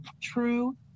true